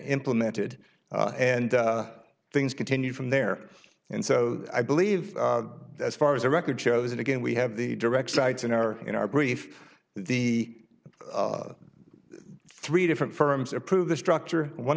implemented and things continue from there and so i believe as far as the record shows it again we have the direct strikes in our in our brief the three different firms approve the structure one